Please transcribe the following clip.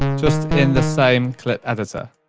just in the same clip editor.